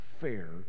fair